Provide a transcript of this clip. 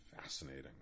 fascinating